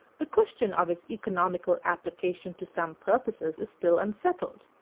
the question of its economical application to some purposes is still unsettled,